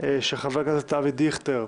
של חבר הכנסת אבי דיכטר.